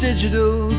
Digital